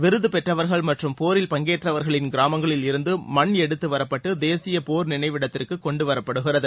விருது பெற்றவர்கள் மற்றும் போரில் பங்கேற்றவர்களின் கிராமங்களில் இருந்து மண் எடுத்து வரப்பட்டு தேசிய போர் நினைவிடத்திற்கு கொண்டுவரப்படுகிறது